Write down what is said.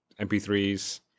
MP3s